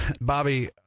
Bobby